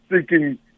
seeking